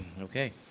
Okay